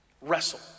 Wrestle